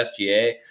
SGA